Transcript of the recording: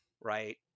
right